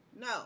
no